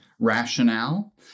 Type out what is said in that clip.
rationale